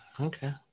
Okay